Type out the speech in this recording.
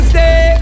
Stay